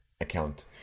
account